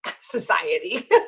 society